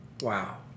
Wow